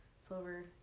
silver